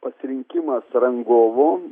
pasirinkimas rangovo